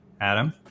adam